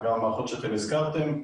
גם המערכות שאתם הזכרתם,